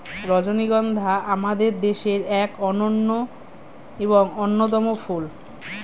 রজনীগন্ধা আমাদের দেশের এক অনন্য এবং অন্যতম ফুল